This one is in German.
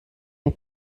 mir